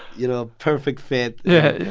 you know, perfect fit. yeah,